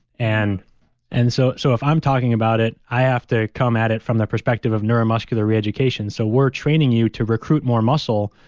and and so so if i'm talking about it, i have to come at it from the perspective of neuromuscular reeducation. so we're training you to recruit more muscle,